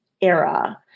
era